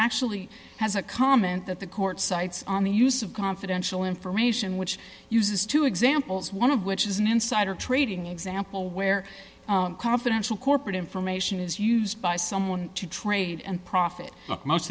actually has a comment that the court cites on the use of confidential information which uses two examples one of which is an insider trading example where confidential corporate information is used by someone to trade and profit most